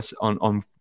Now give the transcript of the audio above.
on